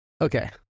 okay